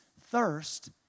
thirst